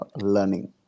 learning